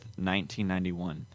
1991